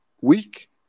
week